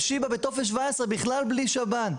בשיבא בטופס 17 בכלל בלי שב"ן,